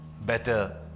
better